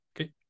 Okay